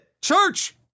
Church